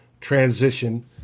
transition